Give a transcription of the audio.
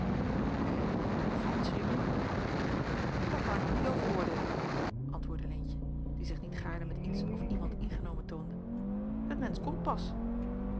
en hoe bevalt ze je nu daar kan ik nog niet over oordeelen antwoordde leentje die zich niet gaarne met iets of iemand ingenomen toonde het mensch komt